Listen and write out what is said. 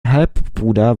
halbbruder